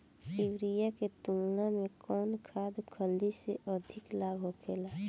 Urea के तुलना में कौन खाध खल्ली से अधिक लाभ होखे?